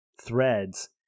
threads